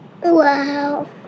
Wow